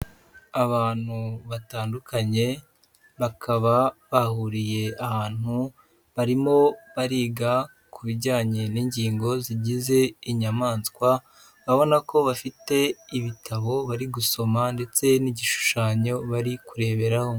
Abantu batandukanye bakaba bahuriye ahantu, barimo bariga ku bijyanye n'ingingo zigize inyamaswa, urabona ko bafite ibitabo bari gusoma ndetse n'igishushanyo bari kureberaho.